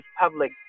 public